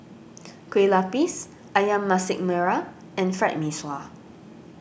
Kueh Lapis Ayam Masak Merah and Fried Mee Sua